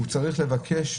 הוא צריך לבקש?